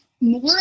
more